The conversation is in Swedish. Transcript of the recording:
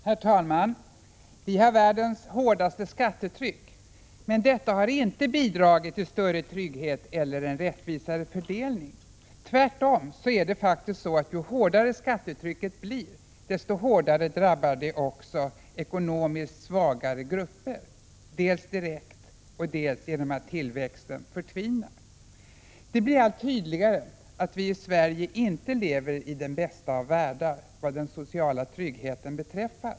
Herr talman! Vi har världens hårdaste skattetryck. Men detta har inte bidragit till en större trygghet eller en rättvisare fördelning. Tvärtom är det faktiskt så att ju hårdare skattetrycket blir, desto hårdare drabbar det också ekonomiskt svagare grupper, dels direkt, dels genom att tillväxten förtvinar. Det blir allt tydligare att vi i Sverige inte lever i den bästa av världar vad den sociala tryggheten beträffar.